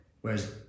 Whereas